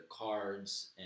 cards